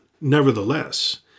nevertheless